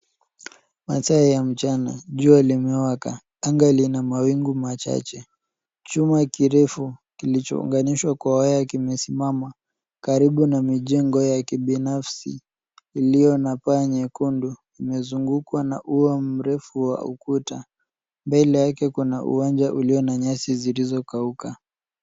Masaa ya mchana, jua limewaka. Anga lina mawingu machache. Chuma kirefu kilichounganishwa kwa waya kimesimama karibu na mijengo ya kibinafsi iliyo na paa nyekundu. Imezungukwa na ua mrefu wa ukuta . Mbele yake kuna uwanja ulio na nyasi zilizokauka.